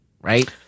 right